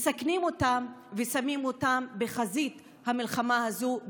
מסכנים אותם ושמים אותם בחזית המלחמה הזו,